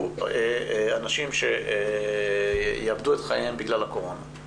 אנשים שיאבדו את חייהם בגלל הקורונה.